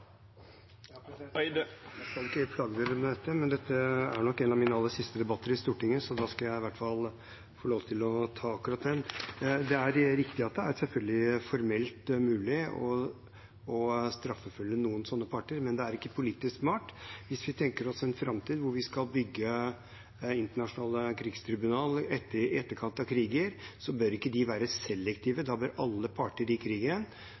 Jeg skal ikke forhale møtet, men dette er nok en av mine aller siste debatter i Stortinget, så da skal jeg i hvert fall få lov til å ta akkurat den. Det er selvfølgelig riktig at det er formelt mulig å straffeforfølge noen slike parter, men det er ikke politisk smart. Hvis vi tenker oss en framtid der vi skal bygge internasjonale krigstribunaler i etterkant av kriger, bør de ikke være selektive. Da bør alle parter som har hatt en rolle i krigen,